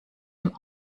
dem